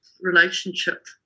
relationship